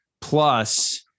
plus